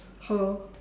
hello